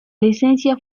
licencia